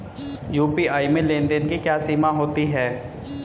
UPI में लेन देन की क्या सीमा होती है?